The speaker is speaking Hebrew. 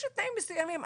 יש תנאים מסוימים.